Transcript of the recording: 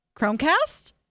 Chromecast